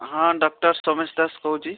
ହଁ ଡକ୍ଟର ସୋମେଶ ଦାସ କହୁଛି